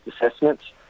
assessments